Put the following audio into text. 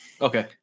Okay